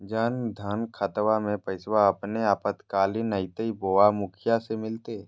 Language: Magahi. जन धन खाताबा में पैसबा अपने आपातकालीन आयते बोया मुखिया से मिलते?